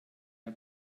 der